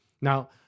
Now